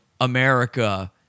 America